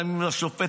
גם אם השופט,